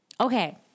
Okay